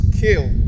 kill